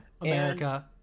America